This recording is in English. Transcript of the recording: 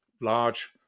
large